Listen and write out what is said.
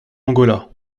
angola